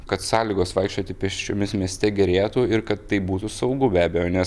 kad sąlygos vaikščioti pėsčiomis mieste gerėtų ir kad tai būtų saugu be abejo nes